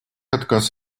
отказ